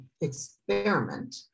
experiment